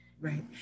Right